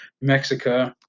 Mexico